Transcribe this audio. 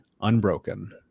unbroken